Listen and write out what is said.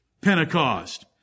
Pentecost